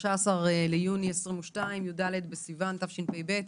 13 ביוני 2022, י"ד בסיוון התשפ"ב,